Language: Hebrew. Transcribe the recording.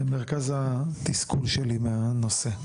זה מרכז התסכול שלי מהנושא.